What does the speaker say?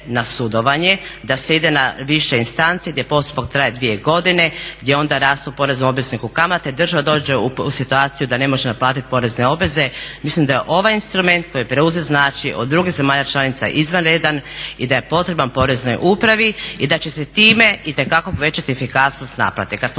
na sudovanje, da se ide na više instance gdje postupak traje dvije godine, gdje onda rastu poreznom obvezniku kamate, država dođe u situaciju da ne može naplatiti porezne obveze. Mislim da je ovaj instrument koji je preuzet od drugih zemalja članica izvanredan i da je potreban Poreznoj upravi i da će se time itekako uvećati efikasnost naplate. Kada smo